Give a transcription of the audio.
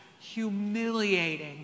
humiliating